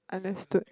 understood